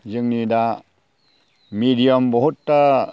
जोंनि दा मिडियाम बहुदथा